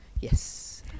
Yes